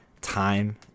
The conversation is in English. time